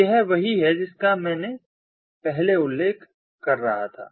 तो यह वही है जिसका मैं पहले उल्लेख कर रहा था